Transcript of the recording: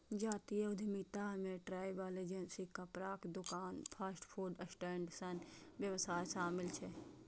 जातीय उद्यमिता मे ट्रैवल एजेंसी, कपड़ाक दोकान, फास्ट फूड स्टैंड सन व्यवसाय शामिल छै